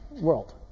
world